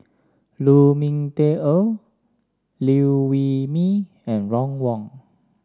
Lu Ming Teh Earl Liew Wee Mee and Ron Wong